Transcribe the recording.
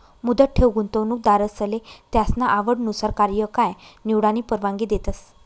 मुदत ठेव गुंतवणूकदारसले त्यासना आवडनुसार कार्यकाय निवडानी परवानगी देतस